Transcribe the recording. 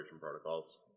protocols